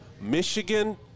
Michigan